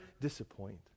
disappoint